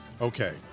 okay